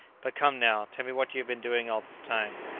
but come now, tell me what you have been doing all this time.